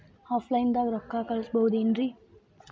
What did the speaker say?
Offline ದಾಗ ರೊಕ್ಕ ಕಳಸಬಹುದೇನ್ರಿ?